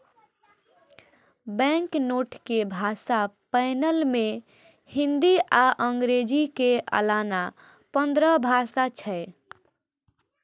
banknote के भाषा panel मे हिंदी आ अंग्रेजी के अलाना पंद्रह भाषा छै